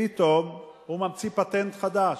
פתאום הוא ממציא פטנט חדש,